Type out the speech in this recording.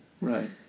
Right